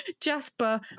Jasper